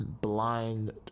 blind